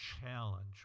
challenge